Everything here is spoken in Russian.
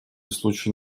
случае